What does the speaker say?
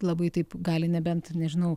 labai taip gali nebent nežinau